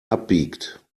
abbiegt